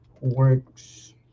works